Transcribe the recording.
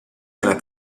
della